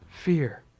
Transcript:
fear